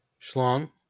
Schlong